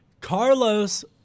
Carlos